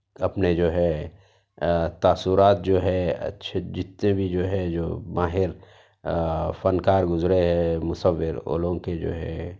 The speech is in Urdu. اپنے جو ہے تاثرات جو ہے اچھے جتنے بھی جو ہے جو ماہر فنکار گزرے ہے مصّور اور لوگ کے جو ہے